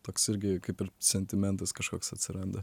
toks irgi kaip ir sentimentas kažkoks atsiranda